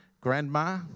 Grandma